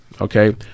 okay